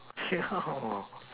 yeah